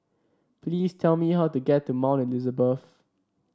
please tell me how to get to Mount Elizabeth